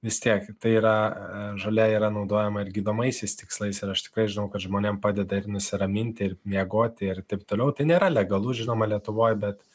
vis tiek tai yra žolė yra naudojama ir gydomaisiais tikslais ir aš tikrai žinau kad žmonėm padeda ir nusiraminti ir miegoti ir taip toliau tai nėra legalu žinoma lietuvoj bet